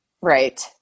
Right